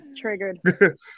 triggered